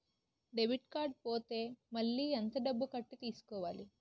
Debit card పోతే మళ్ళీ ఎంత డబ్బు కట్టి తీసుకోవాలి?